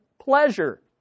pleasure